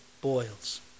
boils